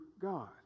God